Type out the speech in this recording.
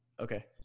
Okay